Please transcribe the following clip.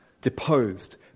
deposed